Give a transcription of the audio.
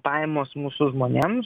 pajamos mūsų žmonėms